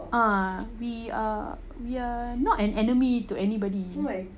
ah we are we are not an enemy to anybody